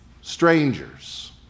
strangers